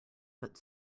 but